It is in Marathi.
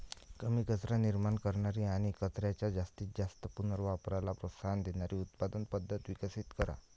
कमी कचरा निर्माण करणारी आणि कचऱ्याच्या जास्तीत जास्त पुनर्वापराला प्रोत्साहन देणारी उत्पादन पद्धत विकसित करा